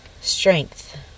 strength